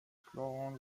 florent